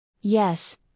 Yes